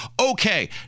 Okay